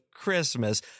Christmas